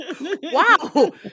wow